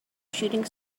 shooting